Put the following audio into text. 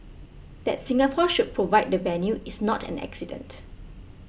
that Singapore should provide the venue is not an accident